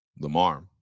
Lamar